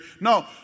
no